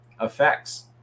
effects